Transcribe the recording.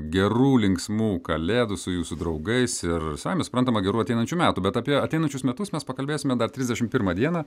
gerų linksmų kalėdų su jūsų draugais ir savaime suprantama gerų ateinančių metų bet apie ateinančius metus mes pakalbėsime dar trisdešim pirmą dieną